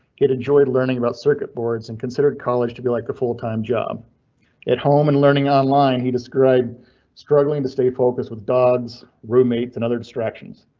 get enjoyed learning about circuit boards and considered college to be like a full time job at home and learning on line. he described struggling to stay focused with dogs, roommates and other distractions.